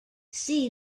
see